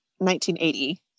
1980